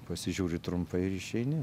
pasižiūri trumpai ir išeini